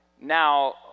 Now